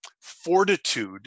fortitude